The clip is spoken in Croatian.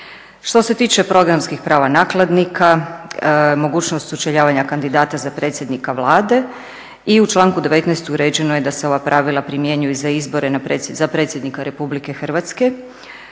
Što se tiče programskih prava nakladnika, mogućnost sučeljavanja kandidata za predsjednika Vlade. I u članku 19. uređeno je da se ova pravila primjenjuju i za izbore za predsjednika Republike Hrvatske.